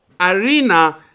arena